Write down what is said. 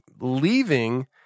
leaving